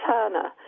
Turner